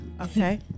okay